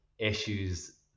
issues